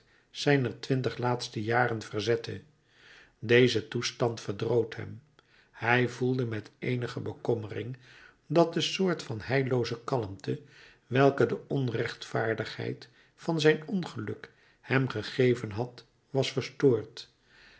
zijner twintig laatste jaren verzette deze toestand verdroot hem hij voelde met eenige bekommering dat de soort van heillooze kalmte welke de onrechtvaardigheid van zijn ongeluk hem gegeven had was verstoord